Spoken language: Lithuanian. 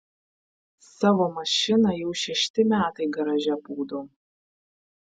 savo mašiną jau šešti metai garaže pūdau